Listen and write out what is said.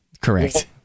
correct